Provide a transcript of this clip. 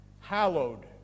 Hallowed